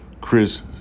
Chris